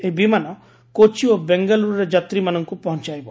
ଏହି ବିମାନ କୋଚି ଓ ବେଙ୍ଗାଲ୍ରୁରେ ଯାତ୍ରୀମାନଙ୍କୁ ପହଞ୍ଚାଇବ